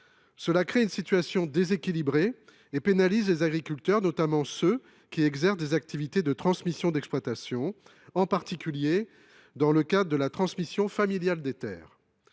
Cela crée une situation déséquilibrée et pénalise les agriculteurs, notamment ceux qui exercent des activités de transmission d’exploitation, en particulier dans le cadre de la transmission familiale des terres.